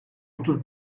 otuz